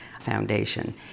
foundation